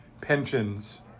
pensions